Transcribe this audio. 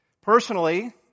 Personally